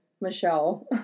Michelle